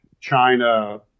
China